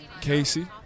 Casey